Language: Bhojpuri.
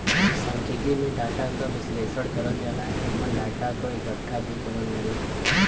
सांख्यिकी में डाटा क विश्लेषण करल जाला एमन डाटा क इकठ्ठा भी करल जाला